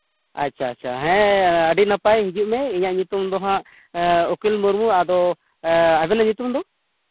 ᱟᱪᱪᱷᱟ ᱟᱪᱪᱷᱟ ᱦᱮᱸ ᱟᱹᱰᱤ ᱱᱟᱯᱟᱭ ᱦᱤᱡᱩᱜ ᱢᱮ ᱤᱧᱟᱹ ᱧᱩᱛᱩᱢ ᱫᱚ ᱦᱟᱸᱜ ᱩᱠᱤᱞ ᱢᱩᱨᱢᱩ ᱟᱫᱚ ᱟᱵᱮᱱᱟᱜ ᱧᱩᱛᱩᱢ ᱫᱚ